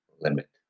limit